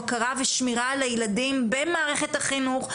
בקרה ושמירה על הילדים במערכת החינוך,